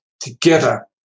Together